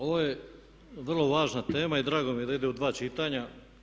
Ovo je vrlo važna tema i drago mi je da ide u dva čitanja.